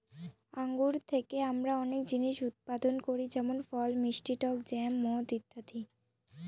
আঙ্গুর থেকে আমরা অনেক জিনিস উৎপাদন করি যেমন ফল, মিষ্টি টক জ্যাম, মদ ইত্যাদি